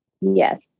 Yes